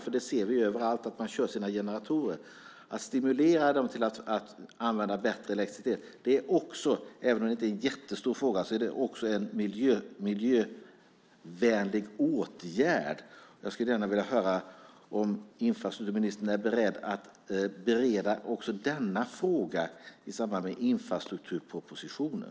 Vi ser ju överallt att de kör sina generatorer. Att stimulera dem till att använda bättre elektricitet är också, även om det inte är en jättestor fråga, en miljövänlig åtgärd. Jag skulle gärna vilja höra om infrastrukturministern är beredd att bereda också denna fråga tillsammans med infrastrukturpropositionen.